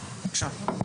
בבקשה.